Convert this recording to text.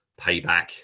payback